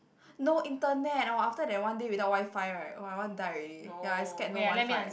no internet wa after that one day without WiFi right wa I want die already ya I scared no WiFi